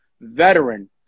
veteran